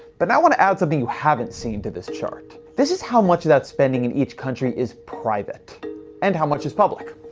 but now i want to add something you haven't seen to this chart. this is how much of that spending in each country is private and how much is public.